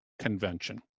convention